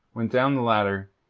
went down the ladder,